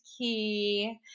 key